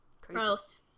Gross